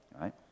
right